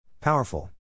Powerful